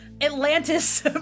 Atlantis